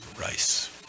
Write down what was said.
rice